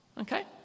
Okay